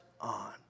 on